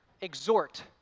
exhort